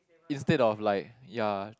instead of like ya